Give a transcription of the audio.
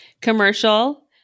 commercial